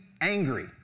angry